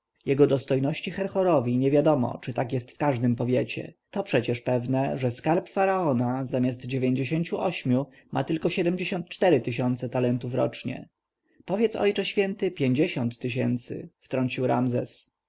jego dostojności herhorowi niewiadomo czy tak jest w każdym powiecie to przecież pewne że skarb faraona zamiast dziewięćdziesięciu ośmiu ma tylko siedemdziesiąt cztery tysiące talentów rocznie powiedz ojcze święty pięćdziesiąt tysięcy wtrącił ramzes